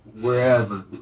wherever